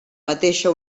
mateixa